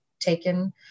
taken